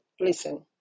listen